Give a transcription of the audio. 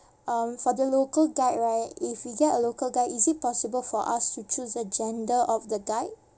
um for the local guide right if you get a local guy is it possible for us to choose the gender of the guide